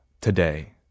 today